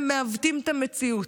הם מעוותים את המציאות.